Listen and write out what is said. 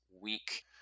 week